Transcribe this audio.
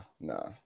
nah